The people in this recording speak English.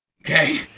Okay